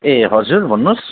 ए हजुर भन्नुहोस्